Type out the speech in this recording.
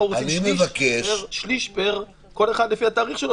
אנחנו רוצים לכל אחד לפי התאריך שלו,